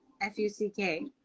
F-U-C-K